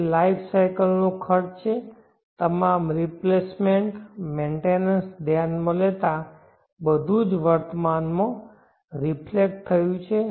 તે life cycle નો ખર્ચ છે તમામ રિપ્લેસમેન્ટ મેન્ટેનન્સ ધ્યાનમાં લેતા બધું જ વર્તમાનમાં રિફ્લેક્ટ થયું છે